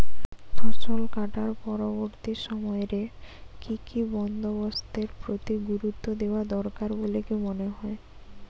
ফসলকাটার পরবর্তী সময় রে কি কি বন্দোবস্তের প্রতি গুরুত্ব দেওয়া দরকার বলিকি মনে হয়?